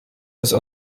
des